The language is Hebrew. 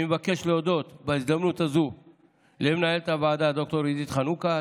אני מבקש להודות בהזדמנות הזאת למנהלת הוועדה ד"ר עידית חנוכה,